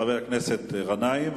חבר הכנסת גנאים,